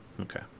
okay